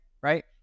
Right